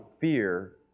fear